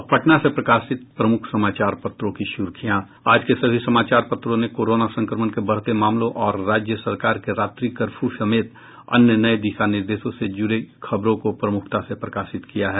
अब पटना से प्रकाशित प्रमुख समाचार पत्रों की सुर्खियां आज के सभी समाचार पत्रों ने कोरोना संक्रमण के बढ़ते मामलों और राज्य सरकार के रात्रि कर्फ्यू समेत अन्य नये दिशा निर्देशों से जुड़ी खबरों को प्रमुखता से प्रकाशित किया है